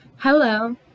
Hello